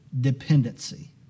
dependency